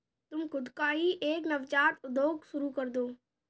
तुम खुद का ही एक नवजात उद्योग शुरू करदो